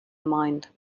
mind